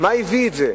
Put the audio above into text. מה הביא את זה,